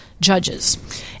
judges